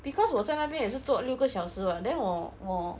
because 我在那边也是做六个小时 what then 我我